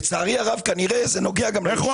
לצערי הרב כנראה זה נוגע גם ליושב-ראש --- איך הוא